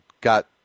got